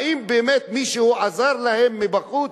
האם באמת מישהו עזר להם מבחוץ?